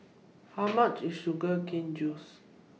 How much IS Sugar Cane Juice